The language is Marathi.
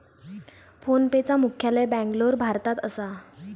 फोनपेचा मुख्यालय बॅन्गलोर, भारतात असा